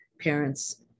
parents